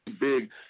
big